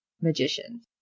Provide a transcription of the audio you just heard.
magicians